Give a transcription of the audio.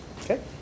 Okay